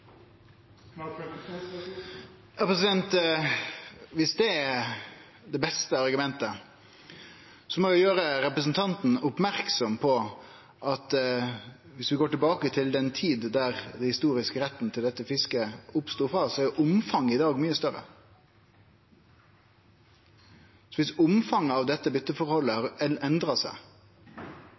det er det beste argumentet, må eg gjere representanten merksam på at viss ein går tilbake til tida da den historiske retten til dette fisket oppstod, er omfanget i dag mykje større. Viss omfanget av dette bytteforholdet har endra seg, er